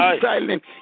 silent